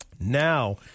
Now